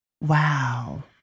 Wow